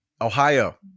ohio